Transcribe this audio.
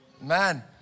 Man